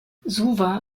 suva